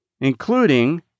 including